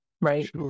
right